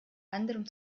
anderem